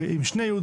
עם שני י'.